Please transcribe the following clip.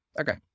Okay